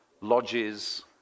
lodges